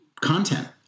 content